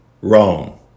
wrong